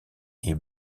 est